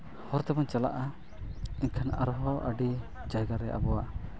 ᱦᱚᱨ ᱛᱮᱵᱚᱱ ᱪᱟᱞᱟᱜᱼᱟ ᱮᱱᱠᱷᱟᱱ ᱟᱨᱦᱚᱸ ᱟᱹᱰᱤ ᱡᱟᱭᱜᱟ ᱨᱮ ᱟᱵᱚᱣᱟᱜ